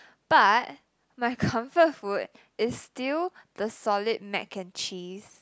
but my comfort food is still the solid mac and cheese